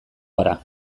gara